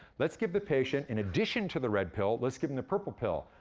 let's give the patient, in addition to the red pill, let's give em the purple pill.